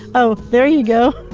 oh, there you go